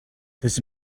this